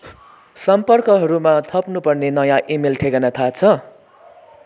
सम्पर्कहरूमा थप्नु पर्ने नयाँ इमेल ठेगाना थाह छ